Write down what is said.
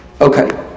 Okay